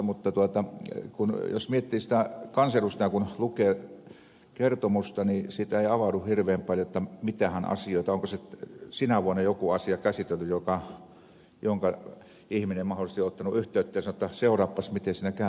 mutta jos miettii sitä että kun kansanedustaja lukee kertomusta niin siitä ei avaudu hirveän paljon mitähän asioita on ollut onko sinä vuonna joku asia käsitelty josta ihminen on mahdollisesti ottanut yhteyttä ja sanonut että seuraapas miten siinä asiassa käy